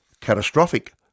catastrophic